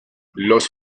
los